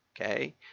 okay